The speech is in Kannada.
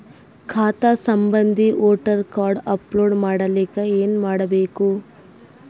ಖಾತಾ ಸಂಬಂಧಿ ವೋಟರ ಕಾರ್ಡ್ ಅಪ್ಲೋಡ್ ಮಾಡಲಿಕ್ಕೆ ಏನ ಮಾಡಬೇಕು?